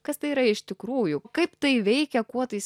kas tai yra iš tikrųjų kaip tai veikia kuo tais